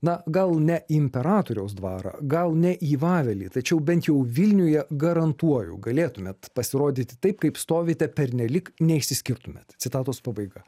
na gal ne imperatoriaus dvarą gal ne į vavelį tačiau bent jau vilniuje garantuoju galėtumėt pasirodyti taip kaip stovite pernelyg neišsiskirtumėt citatos pabaiga